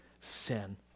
sin